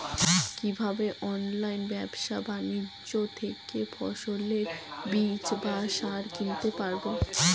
কীভাবে অনলাইন ব্যাবসা বাণিজ্য থেকে ফসলের বীজ বা সার কিনতে পারবো?